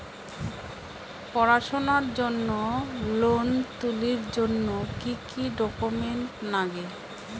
পড়াশুনার জন্যে লোন তুলির জন্যে কি কি ডকুমেন্টস নাগে?